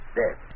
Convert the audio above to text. dead